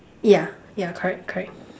yeah yeah correct correct